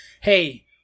hey